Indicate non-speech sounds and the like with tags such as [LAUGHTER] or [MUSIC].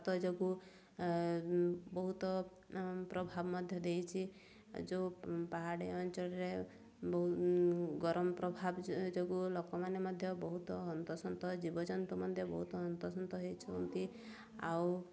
[UNINTELLIGIBLE] ଯୋଗୁଁ ବହୁତ ପ୍ରଭାବ ମଧ୍ୟ ଦେଇଛି ଯେଉଁ ପାହାଡ଼ିଆ ଅଞ୍ଚଳରେ ବହୁ ଗରମ ପ୍ରଭାବ ଯୋଗୁଁ ଲୋକମାନେ ମଧ୍ୟ ବହୁତ ହନ୍ତସନ୍ତ ଜୀବଜନ୍ତୁ ମଧ୍ୟ ବହୁତ ହନ୍ତସନ୍ତ ହୋଇଛନ୍ତି ଆଉ